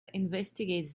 investigates